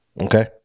okay